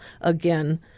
again